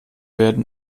werden